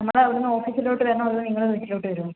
നമ്മൾ അവിടുന്ന് ഓഫീസിലോട്ട് വരണോ അതോ നിങ്ങള് വീട്ടിലോട്ട് വരുവോ